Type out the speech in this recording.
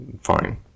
fine